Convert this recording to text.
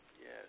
Yes